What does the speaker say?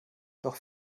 doch